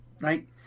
right